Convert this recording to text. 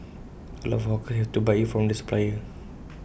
A lot of hawkers have to buy IT from the supplier